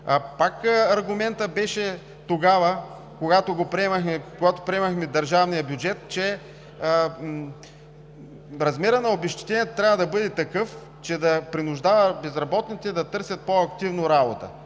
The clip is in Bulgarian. Пак аргументът беше тогава, когато приемахме държавния бюджет, че размерът на обезщетението трябва да бъде такъв, че да принуждава безработните да търсят по-активно работа.